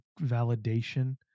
validation